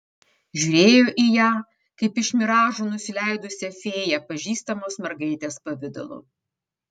žiūrėjo į ją kaip iš miražų nusileidusią fėją pažįstamos mergaitės pavidalu